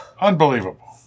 Unbelievable